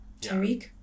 Tariq